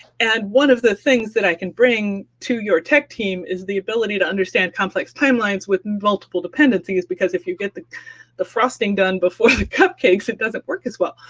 add one of the things that i can bring to your tech team is the ability to understand complex timeline with multiple dependencies because if you get the the frosting done before the cupcakes, it doesn't work as well.